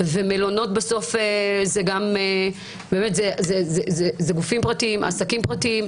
ומלונות זה גופים ועסקים פרטיים.